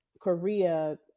Korea